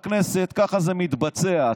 בכנסת ככה זה מתבצע,